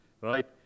right